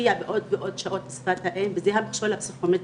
להשקיע בעוד ועוד שעות שפת האם וזה המכשול הפסיכומטרי,